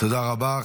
תודה רבה.